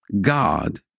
God